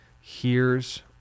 heres